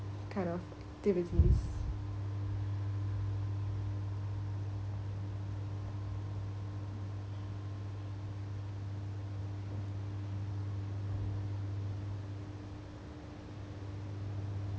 kind of activities